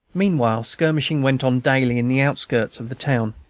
meanwhile skirmishing went on daily in the outskirts of the town.